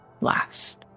last